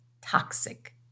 toxic